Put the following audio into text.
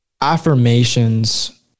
affirmations